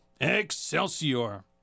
Excelsior